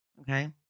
Okay